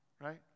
Right